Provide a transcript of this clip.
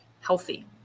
healthy